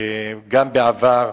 גם בעבר.